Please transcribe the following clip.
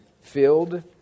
filled